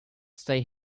stay